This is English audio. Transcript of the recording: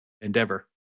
endeavor